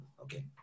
Okay